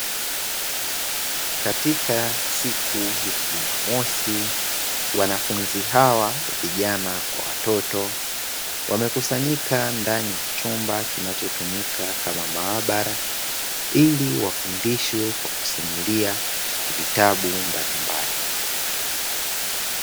Katika siku ya jumamosi wanafunzi hawa vijana kwa watoto wamekusanyika ndani ya chumba kinachotumika kama maabara, ili wafundishwe kwa kusimulia vitabu mbalimbali.